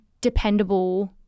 dependable